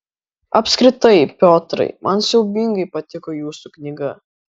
apskritai piotrai man siaubingai patiko jūsų knyga